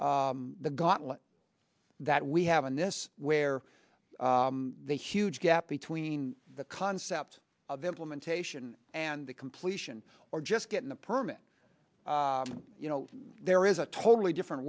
gauntlet that we have in this where the huge gap between the concept of implementation and the completion or just getting a permit you know there is a totally different